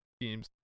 teams